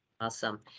Awesome